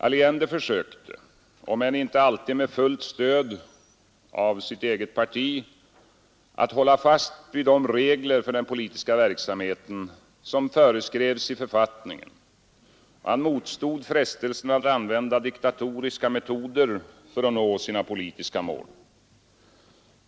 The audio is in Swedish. Allende försökte — om än inte alltid med fullt stöd av sitt eget parti — att hålla fast vid de regler för den politiska verksamheten som föreskrevs i författningen, och han motstod frestelsen att använda diktatoriska metoder för att nå sina politiska mål.